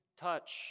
touch